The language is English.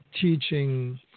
teaching